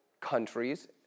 countries